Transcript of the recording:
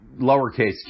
lowercase